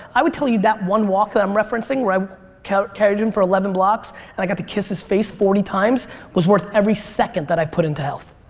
i would tell you that one walk that i'm referencing where i carried carried him for eleven blocks and i got to kiss his face forty times was worth every second that i've put into health.